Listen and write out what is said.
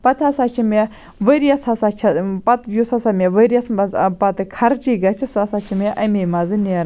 پَتہٕ ہَسا چھِ مےٚ ؤرۍ یَس ہَسا چھَس پَتہٕ یُس ہَسا مےٚ ؤرۍ یَس مَنٛز پَتہٕ خَرچی گَژھِ سُہ ہَسا چھُ مےٚ امے مَنٛزٕ نیر